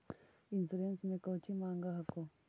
Insurance मे कौची माँग हको?